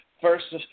First